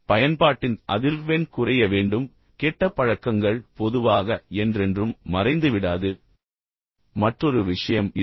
பயன்பாட்டின் அதிர்வெண் குறைய வேண்டும் கெட்ட பழக்கங்கள் பொதுவாக என்றென்றும் மறைந்துவிடாது நீங்கள் மனதில் கொள்ள வேண்டிய மற்றொரு விஷயம் இது